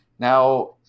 Now